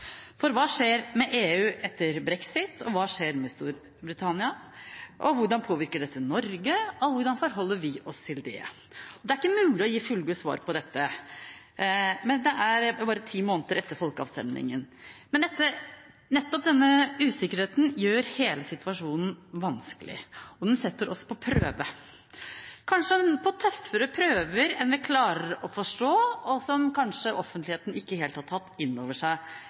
For hva skjer med EU etter brexit? Hva skjer med Storbritannia? Hvordan påvirker dette Norge, og hvordan forholder vi oss til det? Det er ikke mulig å gi fullgode svar på dette bare ti måneder etter folkeavstemningen. Nettopp denne usikkerheten gjør hele situasjonen vanskelig, og den setter oss på prøve – kanskje på tøffere prøve enn vi klarer å forstå, og som offentligheten kanskje ikke helt har tatt inn over seg